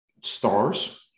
stars